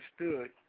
understood